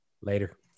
Later